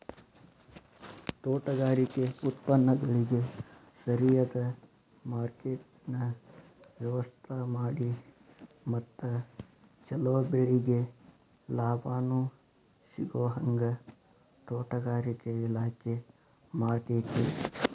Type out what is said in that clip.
ತೋಟಗಾರಿಕೆ ಉತ್ಪನ್ನಗಳಿಗ ಸರಿಯದ ಮಾರ್ಕೆಟ್ನ ವ್ಯವಸ್ಥಾಮಾಡಿ ಮತ್ತ ಚೊಲೊ ಬೆಳಿಗೆ ಲಾಭಾನೂ ಸಿಗೋಹಂಗ ತೋಟಗಾರಿಕೆ ಇಲಾಖೆ ಮಾಡ್ತೆತಿ